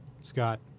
Scott